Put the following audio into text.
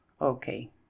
okay